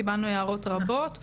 קיבלנו הערות רבות - מרופאים,